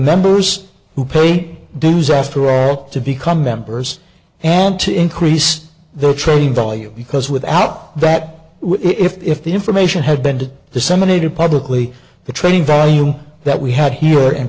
members who pay dues after all to become members and to increase their trade value because without that if the information had been disseminated publicly the trading volume that we had here and